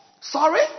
Sorry